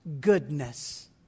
goodness